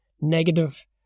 negative